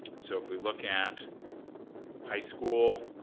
so if we look at high school.